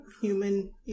human